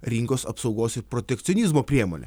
rinkos apsaugos ir protekcionizmo priemonė